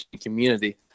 community